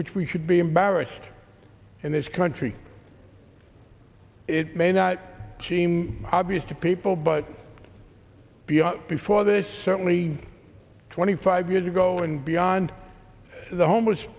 which we should be embarrassed in this country it may not seem obvious to people but beyond before this certainly twenty five years ago and beyond the homeless